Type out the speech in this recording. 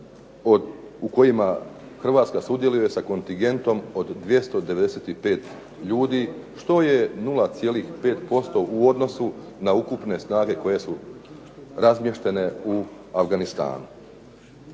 u kojima Hrvatska sudjeluje sa kontingentom od 295 ljudi, što je 0,5% u odnosu na ukupne snage koje su razmještene u Afganistanu.